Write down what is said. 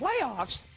Playoffs